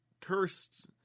cursed